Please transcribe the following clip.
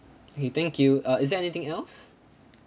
okay thank you uh is there anything else